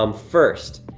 um first,